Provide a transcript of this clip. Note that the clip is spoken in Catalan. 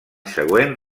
següent